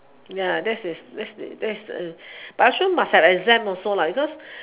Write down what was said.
ya that's that's that's but actually must have exam also because